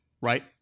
right